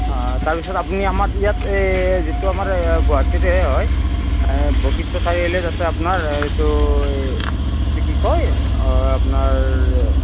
তাৰ পিছত আপুনি আমাৰ ইয়াত এই যিটো আমাৰ গুৱাহাটীৰে হয় এই বশিষ্ট চাৰিআলিত আছে আপোনাৰ এইটো এইটো কি কয় আপোনাৰ